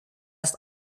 ist